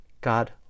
God